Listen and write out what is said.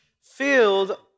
filled